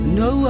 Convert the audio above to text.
no